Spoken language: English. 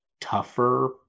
tougher